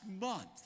month